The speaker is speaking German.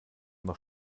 noch